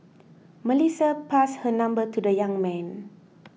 Melissa passed her number to the young man